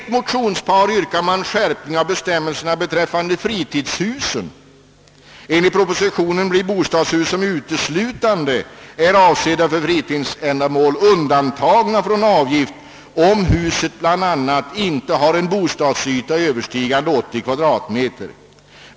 vill minska denna yta till 60 kvadratmeter.